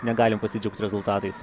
negalim pasidžiaugt rezultatais